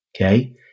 Okay